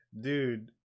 dude